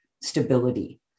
stability